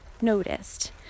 noticed